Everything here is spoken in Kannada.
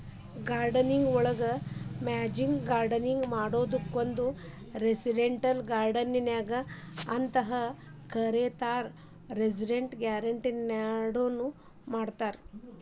ಗಾರ್ಡನಿಂಗ್ ನೊಳಗ ಮನ್ಯಾಗ್ ಗಾರ್ಡನ್ ಮಾಡೋದಕ್ಕ್ ರೆಸಿಡೆಂಟಿಯಲ್ ಗಾರ್ಡನಿಂಗ್ ಅಂತ ಕರೇತಾರ, ಟೆರೇಸ್ ಗಾರ್ಡನಿಂಗ್ ನು ಮಾಡ್ತಾರ